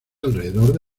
alrededor